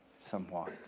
somewhat